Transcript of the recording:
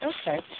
Okay